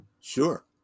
Sure